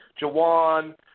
Jawan